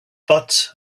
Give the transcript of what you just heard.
but